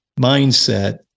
mindset